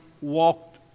walked